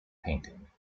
painting